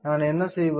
நான் என்ன செய்வது